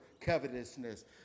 covetousness